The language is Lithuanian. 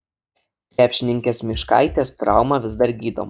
krepšininkės myškaitės trauma vis dar gydoma